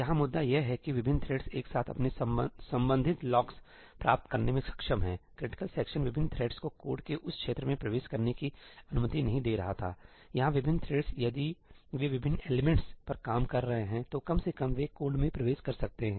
यहाँ मुद्दा यह है कि विभिन्न थ्रेडस एक साथ अपने संबंधित लॉक्स प्राप्त करने में सक्षम हैंक्रिटिकल सेक्शन विभिन्न थ्रेड्स को कोड के उस क्षेत्र में प्रवेश करने की अनुमति नहीं दे रहा थाठीकयहाँ विभिन्न थ्रेड्स यदि वे विभिन्न एलिमेंट्स पर काम कर रहे हैं तो कम से कम वे कोड मे प्रवेश कर सकते हैं